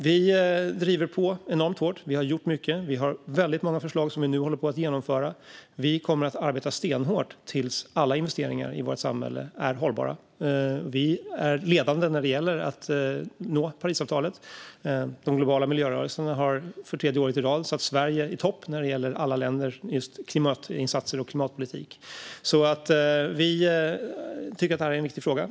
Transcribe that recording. Vi driver på enormt hårt. Vi har gjort mycket. Vi har väldigt många förslag som vi nu håller på att genomföra. Vi kommer att arbeta stenhårt tills alla investeringar i vårt samhälle är hållbara. Vi är ledande när det gäller att nå Parisavtalet. De globala miljörörelserna har för tredje året i rad satt Sverige i topp bland alla länder när det gäller just klimatinsatser och klimatpolitik. Vi tycker att detta är en viktig fråga.